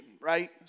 Right